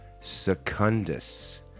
Secundus